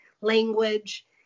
language